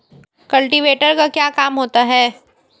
Cultivator का क्या काम होता है?